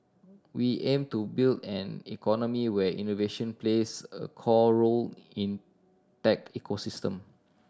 we aim to build an economy where innovation plays a core role in tech ecosystem